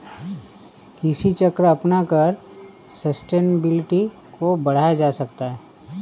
कृषि चक्र अपनाकर सस्टेनेबिलिटी को बढ़ाया जा सकता है